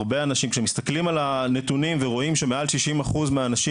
כשמסתכלים על הנתונים ורואים שמעל 60% מהאנשים